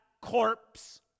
corpse